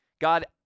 God